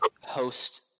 host